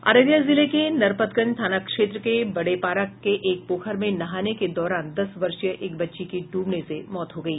अररिया जिले के नरपतगंज थाना क्षेत्र के बढ़ेपारा के एक पोखर में नहाने के दौरान दस वर्षीय एक बच्ची की डूबने से मौत हो गयी